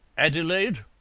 adelaide!